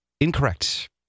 incorrect